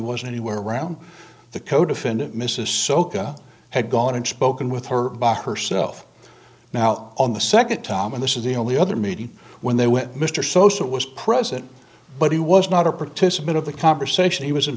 was anywhere around the codefendant mrs soca had gone in spoken with her by herself now on the second time and this is the only other meeting when they were at mr sosa was present but he was not a participant of the conversation he was in